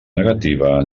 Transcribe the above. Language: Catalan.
negativa